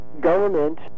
government